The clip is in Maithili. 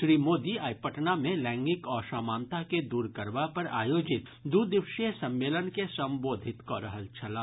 श्री मोदी आइ पटना मे लैंगिक असमानता के दूर करबा पर आयोजित दू दिवसीय सम्मेलन के संबोधित कऽ रहल छलाह